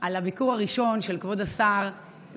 על הביקור הראשון של כבוד השר,